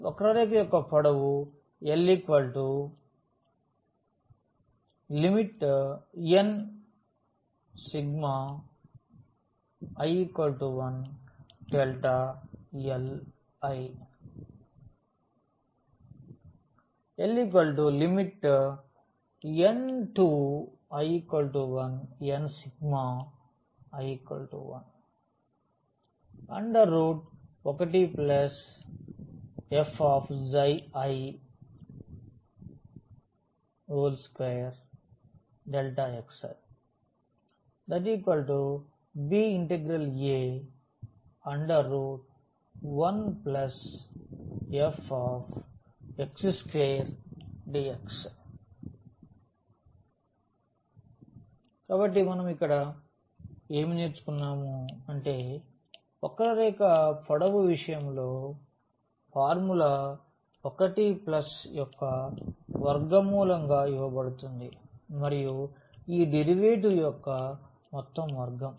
వక్ర రేఖ యొక్క పొడవు L ni 1nli L n →i 1n1 fi2xi ab1fx2dx కాబట్టి మనము ఇక్కడ ఏమి నేర్చుకున్నాము అంటే వక్ర రేఖ పొడవు విషయంలో ఫార్ములా 1 ప్లస్ యొక్క వర్గమూలంగా ఇవ్వబడుతుంది మరియు ఈ డెరివేటివ్ యొక్క మొత్తం వర్గము